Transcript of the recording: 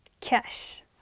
cash